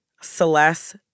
Celeste